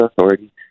authority